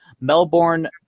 Melbourne